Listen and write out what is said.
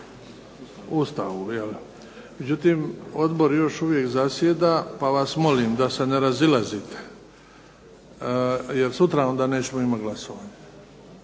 Ustavu. Međutim, odbor još uvijek zasjeda pa vas molim da se ne razilazite, jer sutra onda nećemo imati glasovanje.